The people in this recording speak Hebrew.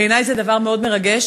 בעיני זה דבר מאוד מרגש,